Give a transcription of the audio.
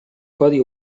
codi